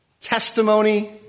testimony